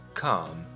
calm